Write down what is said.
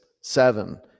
seven